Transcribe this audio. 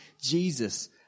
Jesus